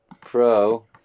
Pro